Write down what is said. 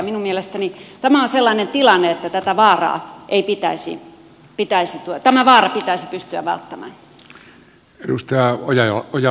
minun mielestäni tämä on sellainen tilanne että tätä vaaraa ei pitäisi pitäisi tämä vaara pitäisi pystyä välttämään